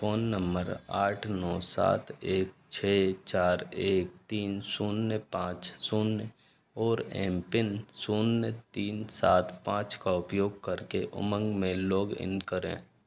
phone number आठ नौ सात एक छः चार एक तीन शून्य पाँच शून्य और एम पिन शून्य तीन सात पाँच का उपयोग करके उमंग में लॉगिन करें